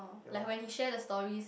oh like when he share the stories